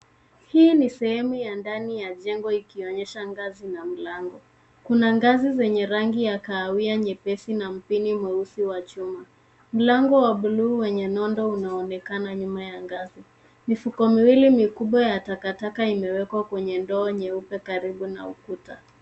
Hii ni sehemu ya ndani ya jengo ikionyesha ngazi na mlango. Kuna ngazi zenye rangi ya kahawia nyepesi na mpini mweusi wa chuma. Mlango wa bluu wenye nondo unaonekana nyuma ya ngazi. Mifuko miwili mikubwa ya takataka imewekwa kwenye ndoo nyeupe karibu na ukuta.